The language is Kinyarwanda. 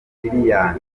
liliane